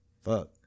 Fuck